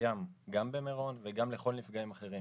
קיים גם במירון וגם לכל נפגעים אחרים.